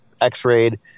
x-rayed